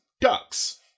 ducks